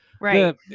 Right